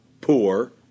poor